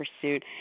pursuit